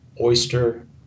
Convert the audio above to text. Oyster